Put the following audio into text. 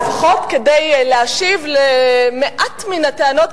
לפחות כדי להשיב על מעט מן הטענות,